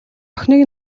охиныг